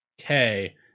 okay